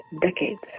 decades